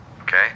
okay